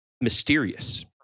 mysterious